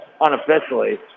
unofficially